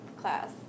class